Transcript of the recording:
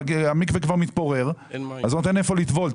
והמקווה כבר מתפורר אז אין איפה לטבול,